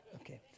Okay